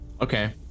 okay